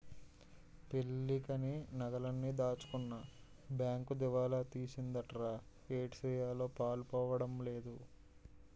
పెళ్ళికని నగలన్నీ దాచుకున్న బేంకు దివాలా తీసిందటరా ఏటిసెయ్యాలో పాలుపోడం లేదు